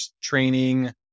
training